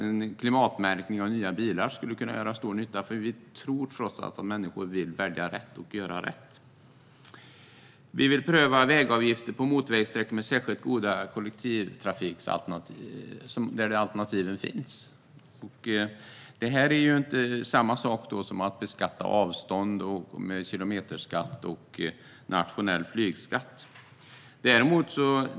En klimatmärkning av nya bilar skulle kunna göra stor nytta. Vi tror trots allt att människor vill välja rätt och göra rätt. Vi vill pröva vägavgifter på motorvägssträckor där det finns särskilt goda kollektivtrafikalternativ. Det är inte samma sak som att beskatta avstånd med kilometerskatt och nationell flygskatt.